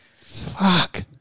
Fuck